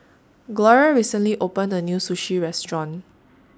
Gloria recently opened A New Sushi Restaurant